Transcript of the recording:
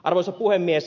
arvoisa puhemies